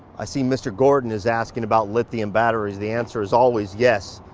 i see mr. gordon is asking about lithium batteries. the answer is always yes,